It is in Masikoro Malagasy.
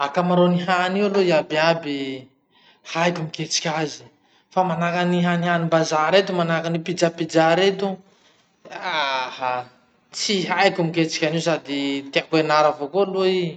Akamaroan'ny hany aloha iaby iaby, haiko miketriky azy. Fa manahaky any hanihanim-bazaha reto manahaky any pizza pizza reto, aha, tsy haiko miketriky anio sady tiako hianara avao koa i.